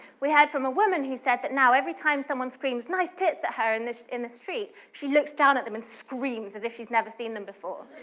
we heard from a woman who said that every time someone screams nice tits! at her in the in the street, she looks down at them, and screams as if she'd never seen them before.